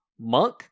monk